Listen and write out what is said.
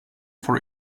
for